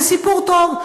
זה סיפור טוב,